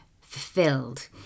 fulfilled